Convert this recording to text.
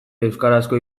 euskarazko